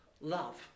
love